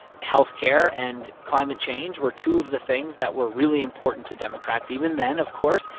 health care and climate change were two of the things that were really important to democrats even then, of course.